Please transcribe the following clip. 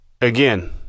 again